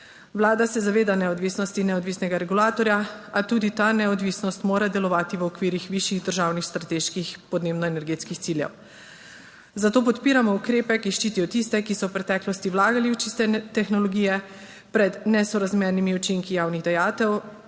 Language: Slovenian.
Vlada se zaveda neodvisnosti neodvisnega regulatorja, a tudi ta neodvisnost mora delovati v okvirih višjih državnih strateških podnebno-energetskih ciljev, zato podpiramo ukrepe, ki ščitijo tiste, ki so v preteklosti vlagali v čiste tehnologije pred nesorazmernimi učinki javnih dajatev.